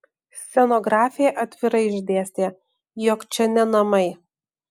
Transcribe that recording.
scenografė atvirai išdėstė jog čia ne namai